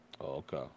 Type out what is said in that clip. Okay